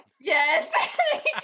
yes